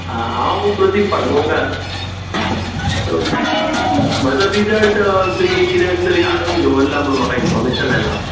आं हांव प्रदीप पाडगोंवकार त म्हजो रिजल्ट तुमी कित्याक तरी आडोवन दवरला म्हूण म्हाका इनफॉमेशन आयलां